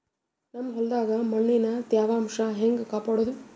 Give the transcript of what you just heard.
ನಮ್ ಹೊಲದಾಗ ಮಣ್ಣಿನ ತ್ಯಾವಾಂಶ ಹೆಂಗ ಕಾಪಾಡೋದು?